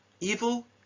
evil